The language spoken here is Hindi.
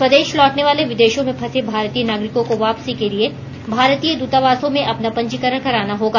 स्वदेश लौटने वाले विदेशों में फंसे भारतीय नागरिकों को वापसी के लिए भारतीय दूतावासों में अपना पंजीकरण कराना होगा